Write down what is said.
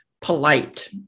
polite